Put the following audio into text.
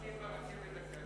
מסתפקים ברכבת הקלה.